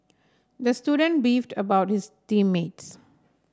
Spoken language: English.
the student beefed about his team mates